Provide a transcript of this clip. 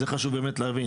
חשוב להבין